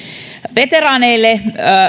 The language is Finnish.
veteraaneille